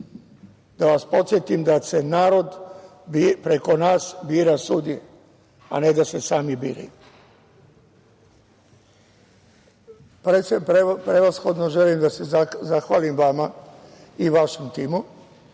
da vas podsetim da narod preko nas bira sudije, a ne da se sami biraju. Prevashodno želim da se zahvalim vama i vašem timu,